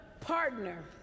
partner